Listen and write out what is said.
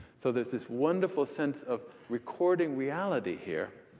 so there's this wonderful sense of recording reality here.